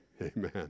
Amen